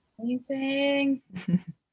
Amazing